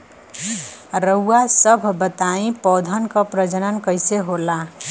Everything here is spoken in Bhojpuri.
रउआ सभ बताई पौधन क प्रजनन कईसे होला?